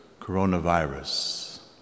coronavirus